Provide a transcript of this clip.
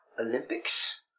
Olympics